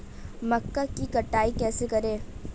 मक्का की कटाई कैसे करें?